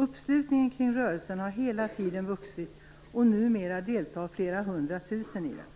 Uppslutningen kring rörelsen har hela tiden växt, och numera deltar flera hundra tusen i den.